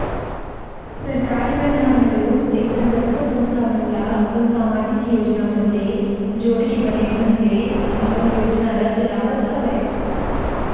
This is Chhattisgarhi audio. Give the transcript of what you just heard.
सरकार मन ह घलोक अइसन कतको संस्था मन ल अपन समाजिक योजना मन ले जोड़के बने ढंग ले अपन योजना ल चलावत हवय